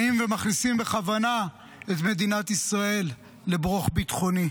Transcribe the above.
באים ומכניסים בכוונה את מדינת ישראל לברוך ביטחוני,